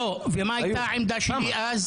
אני לא זוכר --- ומה הייתה העמדה שלי אז.